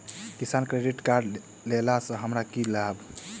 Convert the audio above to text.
किसान credit card लेला सऽ हमरा की लाभ?